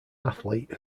athlete